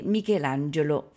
Michelangelo